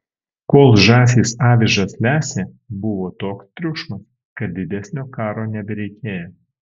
kol žąsys avižas lesė buvo toks triukšmas kad didesnio karo nebereikėjo